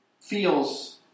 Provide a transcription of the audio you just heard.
feels